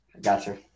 Gotcha